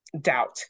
doubt